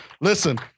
Listen